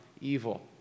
evil